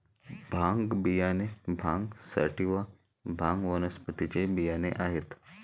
भांग बियाणे भांग सॅटिवा, भांग वनस्पतीचे बियाणे आहेत